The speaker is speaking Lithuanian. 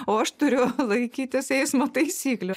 o aš turiu laikytis eismo taisyklių